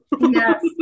Yes